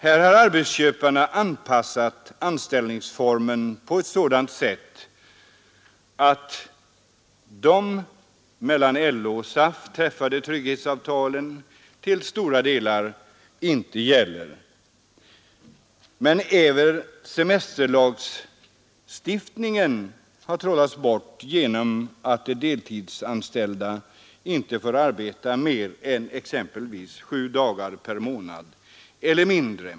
Här har arbetsköparna anpassat anställningsformerna på sådant sätt att de mellan LO och SAF träffade trygghetsavtalen till stora delar inte gäller. Men även semesterlagstiftningen har trollats bort genom att de deltidsanställda inte får arbeta mer än exempelvis sju dagar per månad eller mindre.